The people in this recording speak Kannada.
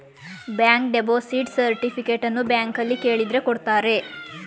ಬ್ಯಾಂಕ್ ಡೆಪೋಸಿಟ್ ಸರ್ಟಿಫಿಕೇಟನ್ನು ಬ್ಯಾಂಕ್ನಲ್ಲಿ ಕೇಳಿದ್ರೆ ಕೊಡ್ತಾರೆ